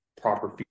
proper